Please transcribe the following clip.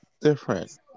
different